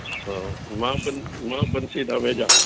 हा मां मां बंसी धामेजा